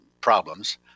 problems